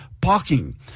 Parking